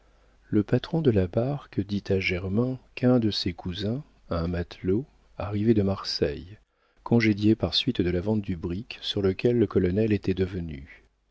le patron de la barque dit à germain qu'un de ses cousins un matelot arrivait de marseille congédié par suite de la vente du brick sur lequel le colonel était revenu